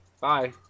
Bye